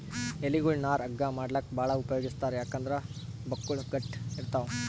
ಎಲಿಗೊಳ್ ನಾರ್ ಹಗ್ಗಾ ಮಾಡ್ಲಾಕ್ಕ್ ಭಾಳ್ ಉಪಯೋಗಿಸ್ತಾರ್ ಯಾಕಂದ್ರ್ ಬಕ್ಕುಳ್ ಗಟ್ಟ್ ಇರ್ತವ್